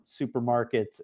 supermarkets